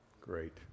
Great